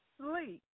sleep